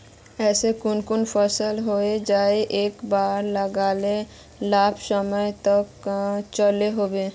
ऐसा कुन कुन फसल होचे जहाक एक बार लगाले लंबा समय तक चलो होबे?